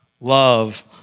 love